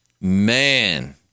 man